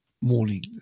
Morning